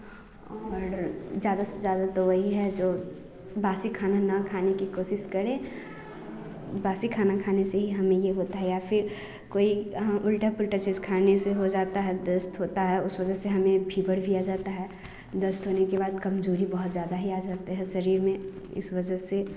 ज़्यादा से ज़्यादा तो वही है जो बासी खाना न खाने की कोशिश करें बासी खाना खाने से ही हमें यह होता है या फिर कोई ह उल्टा पुल्टा चीज़ खाने से हो जाता है दस्त होता है उस वजह से हमें फीवर भी आ जाता है दस्त होने के बाद कमज़ोरी बहुत ज़्यादा ही आ जाता है शरीर में इस वजह से